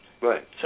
Right